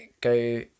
go